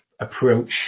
approach